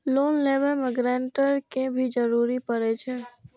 Loan लेबे में grantor के भी जरूरी परे छै?